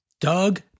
Doug